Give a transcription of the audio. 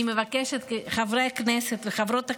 אני מבקשת, חברי הכנסת וחברות הכנסת: